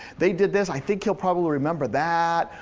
they did this, i think they'll probably remember that,